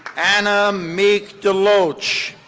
anna meek deloche.